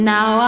Now